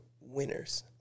winners